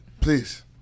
Please